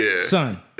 son